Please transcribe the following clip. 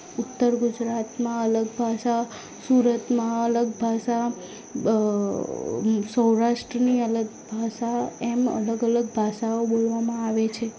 ઉત્તર ગુજરાતમાં અલગ ભાષા સુરતમાં અલગ ભાષા સૌરાષ્ટ્રની અલગ ભાષા એમ અલગ અલગ ભાષાઓ બોલવામાં આવે છે